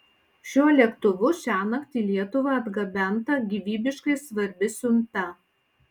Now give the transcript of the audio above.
šiuo lėktuvu šiąnakt į lietuvą atgabenta gyvybiškai svarbi siunta